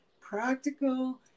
practical